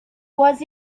was